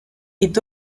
est